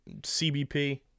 CBP